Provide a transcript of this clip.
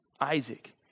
Isaac